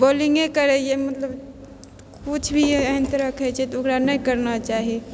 बॉलिङ्गे करैए मतलब किछु भी एहन तरहके होइ छै तऽ ओकरा नहि करना चाही